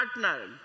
partner